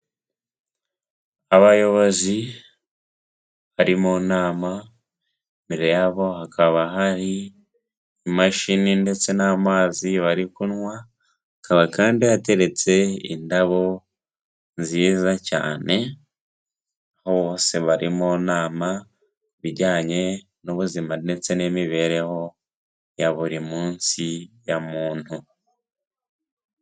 Abayobozi, bari mu inama, imbere yabo, hakaba hari, imashini, ndetse n'amazi bari kunywa, hakaba kandi hateretse, indabo, nziza cyane, bose bari mu inama, kubijyanye, n'ubuzima, ndetse n'imibereho, ya buri munsi, ya muntu.